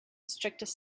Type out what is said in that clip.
strictest